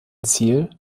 ziel